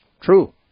True